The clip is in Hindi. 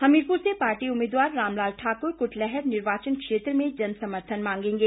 हमीरपुर से पार्टी उम्मीदवार रामलाल ठाकुर कुटलैहड़ निर्वाचन क्षेत्र में जनसमर्थन मागेंगे